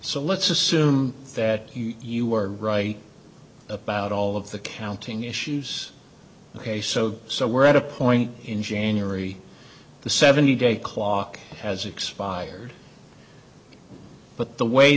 so let's assume that you are right about all of the counting issues ok so so we're at a point in january the seventy day clock has expired but the way